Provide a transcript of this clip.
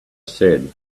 said